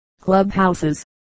clubhouses